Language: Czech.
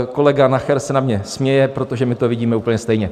Kolega Nacher se na mě směje, protože to vidíme úplně stejně.